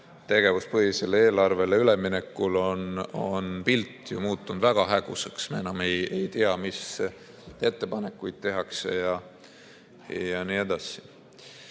tegevuspõhisele eelarvele üleminekul on pilt muutunud väga häguseks – me enam ei tea, mis ettepanekuid tehakse, jne.